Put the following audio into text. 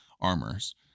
armors